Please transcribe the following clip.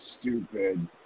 stupid